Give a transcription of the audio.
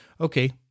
okay